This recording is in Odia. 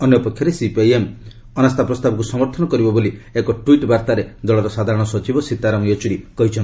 ଅନ୍ୟପକ୍ଷରେ ସିପିଆଇଏମ୍ ଅନାସ୍ଥାପ୍ରସ୍ଥାବକ୍ ସମର୍ଥନ କରିବ ବୋଲି ଏକ ଟ୍ୱିଟ୍ ବାର୍ତ୍ତାରେ ଦଳର ସାଧାରଣ ସଚିବ ସୀତାରାମ ୟେଚ୍ରରୀ କହିଛନ୍ତି